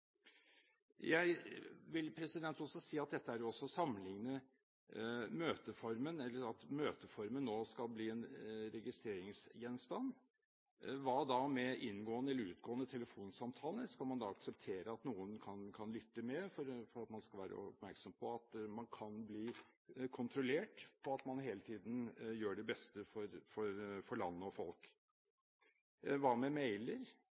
Jeg vil si at dette også fører til at møteformen nå skal bli en registreringsgjenstand. Hva da med inngående eller utgående telefonsamtaler? Skal man akseptere at noen kan lytte med for at man skal være oppmerksom på at man kan bli kontrollert på at man hele tiden gjør det beste for land og folk? Hva med mailer,